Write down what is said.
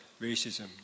racism